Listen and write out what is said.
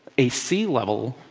a sea level,